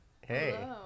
Hey